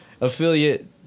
affiliate